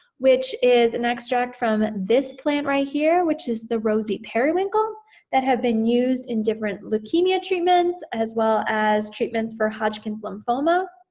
which is an extract from this plant right here, which is the rosy periwinkle that have been used in different leukemia treatments as well as treatments for hodgkin lymphoma.